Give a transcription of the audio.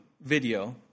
video